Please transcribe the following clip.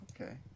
Okay